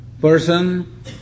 Person